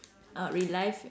ah relive